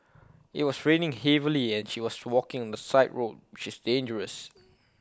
IT was raining heavily and she was walking the side road which is dangerous